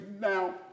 now